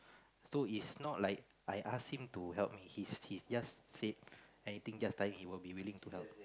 so is not like I ask him to help me he he just said anything just tell him he will be willing to help